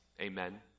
Amen